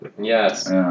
Yes